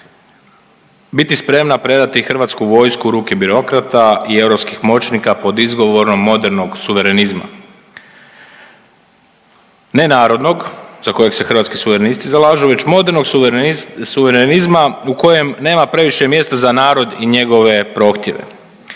biti spremna predati Hrvatsku vojsku u ruke birokrata i europskih moćnika pod izgovorom modernog suverenizma. Nenarodnog, za kojeg se Hrvatski suverenisti zalažu, već modernog suverenizma u kojem nema previše mjesta za narod i njegove prohtjeve.